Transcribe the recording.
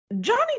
Johnny